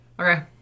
Okay